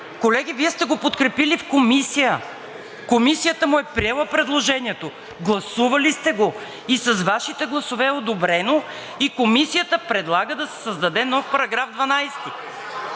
Колеги, Вие сте го подкрепили в Комисията! Комисията му е приела предложението, гласували сте го и с Вашите гласове е одобрено, и Комисията да се създаде нов § 12.